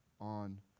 on